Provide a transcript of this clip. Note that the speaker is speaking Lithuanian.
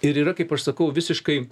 ir yra kaip aš sakau visiškai